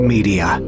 Media